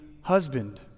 husband